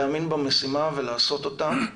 להאמין במשימה ולעשות אותה.